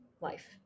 life